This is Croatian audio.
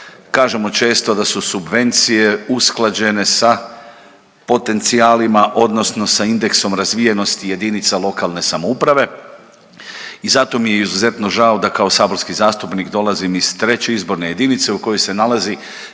kažemo često da su subvencije usklađene sa potencijalima odnosno sa indeksom razvijenosti jedinica lokalne samouprave i zato mi je izuzetno žao da kao saborski zastupnik dolazim iz 3. izborne jedinice u kojoj se nalazi